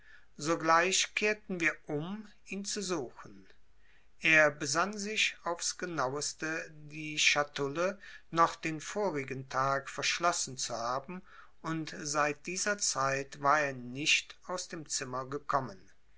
sogleich kehrten wir um ihn zu suchen er besann sich aufs genaueste die schatulle noch den vorigen tag verschlossen zu haben und seit dieser zeit war er nicht aus dem zimmer gekommen